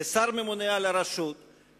כשר הממונה על הרשות,